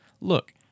Look